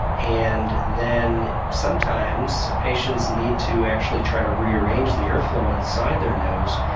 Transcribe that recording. and then sometimes patients need to actually try to rearrange the airflow inside their nose.